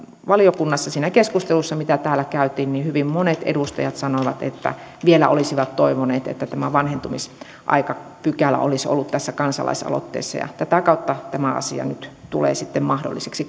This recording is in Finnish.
valiokunnassa siinä keskustelussa mitä täällä käytiin hyvin monet edustajat sanoivat että vielä olisivat toivoneet että tämä vanhentumisaikapykälä olisi ollut tässä kansalaisaloitteessa ja ja tätä kautta tämä asia nyt tulee mahdolliseksi